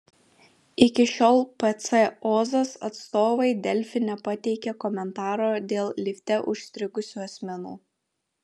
iki šiol pc ozas atstovai delfi nepateikė komentaro dėl lifte užstrigusių asmenų